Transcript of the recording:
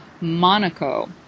Monaco